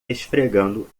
esfregando